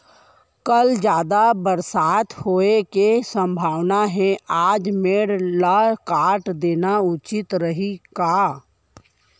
कल जादा बरसात होये के सम्भावना हे, आज मेड़ ल काट देना उचित रही का?